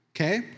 Okay